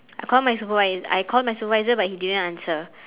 I called my supervi~ I called my supervisor but he didn't answer